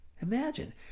Imagine